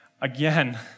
Again